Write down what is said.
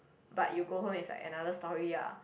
but you go home is like another story ah